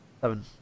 seven